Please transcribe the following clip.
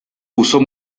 usó